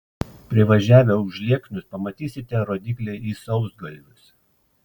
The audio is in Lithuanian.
privažiavę užlieknius pamatysite rodyklę į sausgalvius